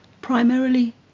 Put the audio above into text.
primarily